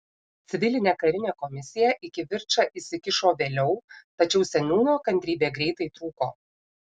civilinė karinė komisija į kivirčą įsikišo vėliau tačiau seniūno kantrybė greitai trūko